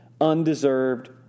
undeserved